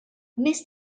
wnest